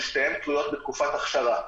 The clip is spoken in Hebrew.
שתיהן תלויות בתקופת הכשרה.